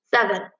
Seven